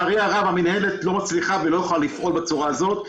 המינהלת לא מצליחה ולא יכולה לפעול בצורה הזאת.